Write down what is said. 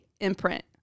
imprint